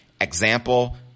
example